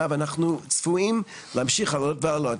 ואנחנו צפויים להמשיך לעלות ולעלות.